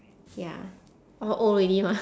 ya all old already mah